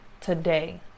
today